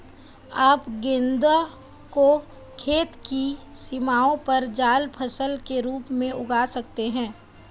आप गेंदा को खेत की सीमाओं पर जाल फसल के रूप में उगा सकते हैं